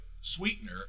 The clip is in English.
sweetener